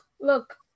look